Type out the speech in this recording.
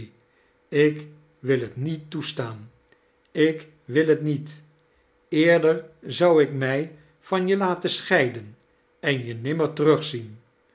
ik wil het niet toestaan ik wil het niet eerier zou ik mij van je lateii scheiden en je nimmer terugzien